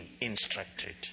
instructed